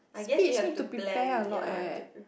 speech need to prepare a lot eh